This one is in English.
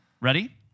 Ready